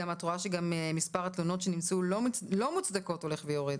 את רואה גם שמספר התלונות שנמצאו לא מוצדקות הולך ויורד.